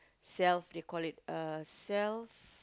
self they call it uh self